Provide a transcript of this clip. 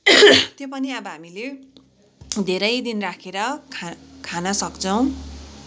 त्यो पनि अब हामीले धेरै दिन राखेर खान खानसक्छौँ